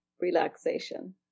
relaxation